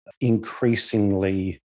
increasingly